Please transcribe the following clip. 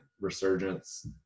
resurgence